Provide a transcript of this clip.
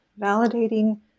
validating